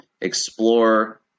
explore